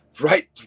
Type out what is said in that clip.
right